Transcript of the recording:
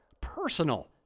personal